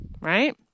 right